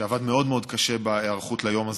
שעבד מאוד מאוד קשה בהיערכות ליום הזה,